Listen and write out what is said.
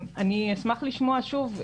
אשמח לשמוע שוב,